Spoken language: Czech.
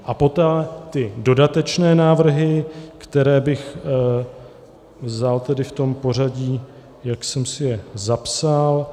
A poté ty dodatečné návrhy, které bych vzal tedy v tom pořadí, jak jsem si je zapsal.